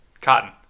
Cotton